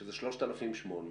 שזה 3,800,